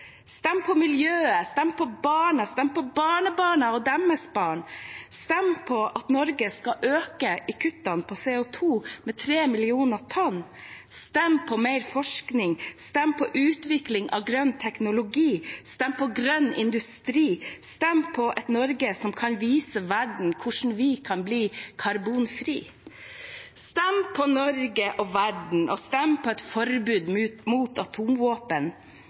Stem på miljøet, stem på barna, stem på barnebarna og deres barn. Stem på at Norge skal øke kuttene av CO 2 med tre millioner tonn. Stem på mer forskning. Stem på utvikling av grønn teknologi. Stem på grønn industri. Stem på et Norge som kan vise verden hvordan man kan bli karbonfri. Stem på Norge og verden, og stem på et forbud mot atomvåpen.